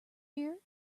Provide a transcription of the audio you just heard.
year